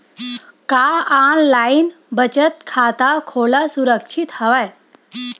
का ऑनलाइन बचत खाता खोला सुरक्षित हवय?